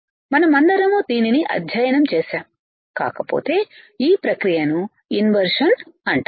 మనమందరం దీనిని అధ్యయనం చేసాము కాకపోతే ఈ ప్రక్రియను ఇన్వర్షన్ అంటారు